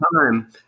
time